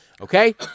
Okay